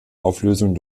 auflösung